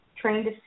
trained